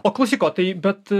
o klausyk o tai bet